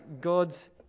God's